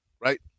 right